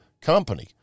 company